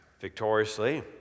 victoriously